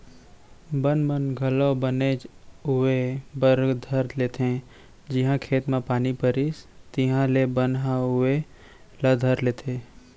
बन मन घलौ बनेच उवे बर धर लेथें जिहॉं खेत म पानी परिस तिहॉले बन ह उवे ला धर लेथे